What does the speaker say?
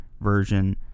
version